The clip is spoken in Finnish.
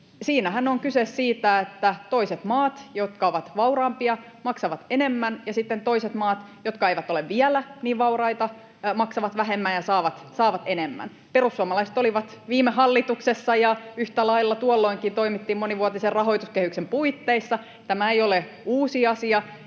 — on kyse siitä, että toiset maat, jotka ovat vauraampia, maksavat enemmän, ja sitten toiset maat, jotka eivät ole vielä niin vauraita, maksavat vähemmän ja saavat enemmän. Perussuomalaiset olivat viime hallituksessa, ja yhtä lailla tuolloinkin toimittiin monivuotisen rahoituskehyksen puitteissa. Tämä ei ole uusi asia,